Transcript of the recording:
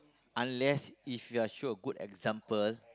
unless if you're show good example